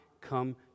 come